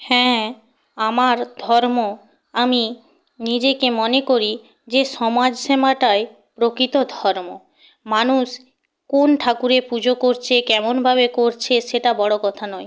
হ্যাঁ আমার ধর্ম আমি নিজেকে মনে করি যে সমাজ সেমাটাই প্রকিত ধর্ম মানুষ কোন ঠাকুরে পুজো করছে কেমনভাবে করছে সেটা বড়ো কথা নয়